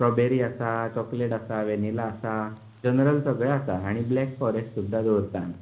strawberry आसा chocolate आसा vanilla आसा जनरल सगळें आसा आनी बॅल्क फॉरेस्ट सुद्दां दवरता आमी